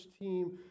team